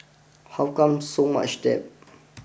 how come so much debt